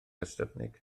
ystyfnig